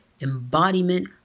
embodiment